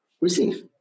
Receive